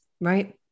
Right